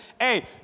hey